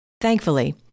Thankfully